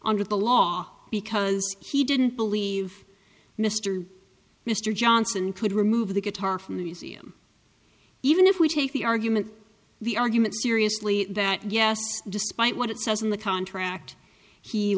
under the law because he didn't believe mr mr johnson could remove the guitar from the museum even if we take the argument the argument seriously that yes despite what it says in the contract he